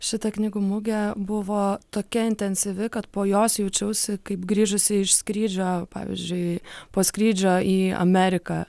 šita knygų mugė buvo tokia intensyvi kad po jos jaučiausi kaip grįžusi iš skrydžio pavyzdžiui po skrydžio į ameriką